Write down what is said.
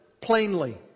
plainly